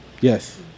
Yes